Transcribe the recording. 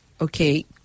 Okay